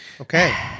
Okay